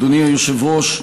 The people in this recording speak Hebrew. אדוני היושב-ראש,